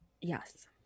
Yes